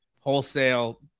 wholesale